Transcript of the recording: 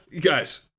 Guys